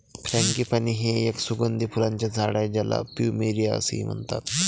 frangipani हे एक सुगंधी फुलांचे झाड आहे ज्याला प्लुमेरिया असेही म्हणतात